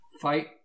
fight